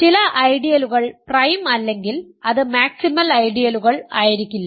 ചില ഐഡിയലുകൾ പ്രൈം അല്ലെങ്കിൽ അത് മാക്സിമൽ ഐഡിയലുകൾ ആയിരിക്കില്ല